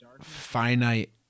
finite